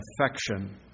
affection